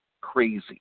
crazy